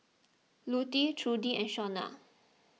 Lutie Trudi and Shaunna